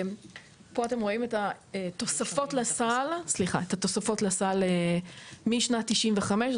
פה אתם רואים את התוספות לסל משנת 1995,